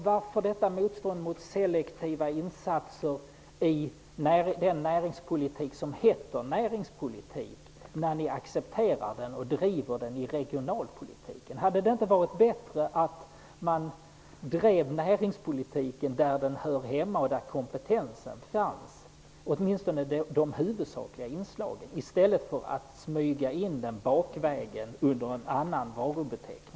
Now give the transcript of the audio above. Varför detta motstånd mot selektiva insatser, Kjell Ericsson, i en näringspolitik som heter näringspolitik, när ni accepterar sådana i regionalpolitiken? Hade det inte varit bättre att man drev näringspolitiken där den hör hemma och där kompetensen finns, åtminstone de huvudsakliga inslagen, i stället för att smyga in den bakvägen under en annan varubeteckning?